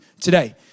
today